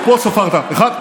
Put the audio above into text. פה ספרת: אחד,